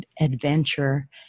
adventure